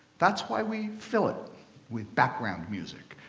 that's why we fill it with background music,